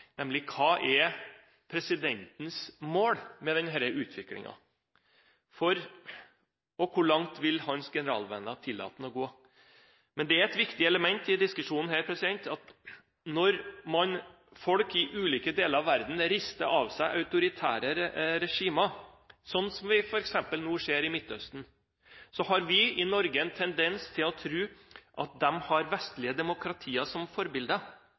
nemlig: Hva er presidentens mål med denne utviklingen, og hvor langt vil hans generalvenner tillate ham å gå? Det er et viktig element i diskusjonen her at når folk i ulike deler av verden rister av seg autoritære regimer, slik vi f.eks. nå ser i Midtøsten, har vi i Norge en tendens til å tro at de har vestlige demokratier som